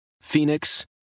Phoenix